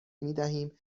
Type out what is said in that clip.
میدهیم